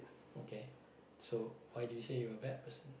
okay so why do you say you're a bad person